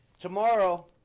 Tomorrow